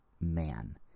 man